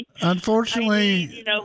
Unfortunately